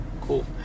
cool